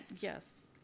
Yes